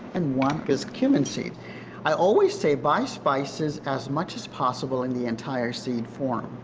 and one is cumin seed i always say buy spices as much as possible in the entire seed form.